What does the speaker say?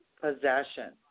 Possession